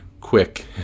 quick